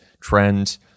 trend